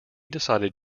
decided